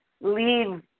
leave